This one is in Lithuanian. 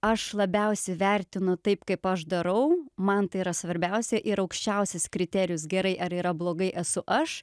aš labiausiai vertinu taip kaip aš darau man tai yra svarbiausia ir aukščiausias kriterijus gerai ar yra blogai esu aš